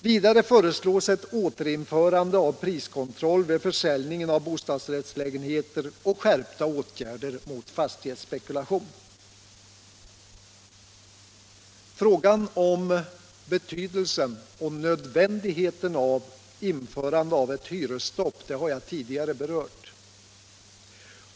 Vidare föreslås ett återinförande av priskontroll vid försäljning av bostadsrättslägenheter och skärpta åtgärder mot fastighetsspekulation. Betydelsen och nödvändigheten av att införa ett hyresstopp har jag tidigare berört.